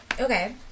okay